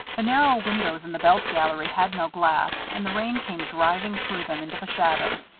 the narrow windows in the belt gallery had no glass, and the rain came driving through them into the shadows,